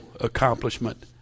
accomplishment